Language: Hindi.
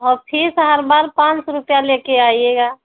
और फ़ीस हर बार पाँच सौ रुपये लेके आइएगा